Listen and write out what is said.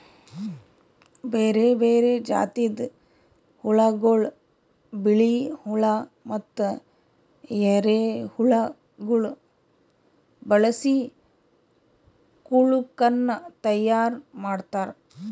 ಬೇರೆ ಬೇರೆ ಜಾತಿದ್ ಹುಳಗೊಳ್, ಬಿಳಿ ಹುಳ ಮತ್ತ ಎರೆಹುಳಗೊಳ್ ಬಳಸಿ ಕೊಳುಕನ್ನ ತೈಯಾರ್ ಮಾಡ್ತಾರ್